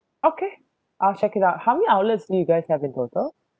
okay I'll check it out how many outlets do you guys have in total